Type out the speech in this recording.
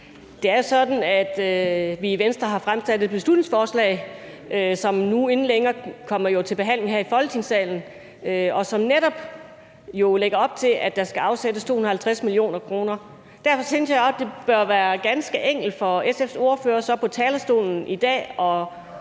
Det er sådan, at vi i Venstre har fremsat et beslutningsforslag, som inden længe kommer til behandling her i Folketingssalen, og som netop lægger op til, at der skal afsættes 250 mio. kr. Derfor synes jeg også, det bør være ganske enkelt for SF's ordfører på talerstolen i dag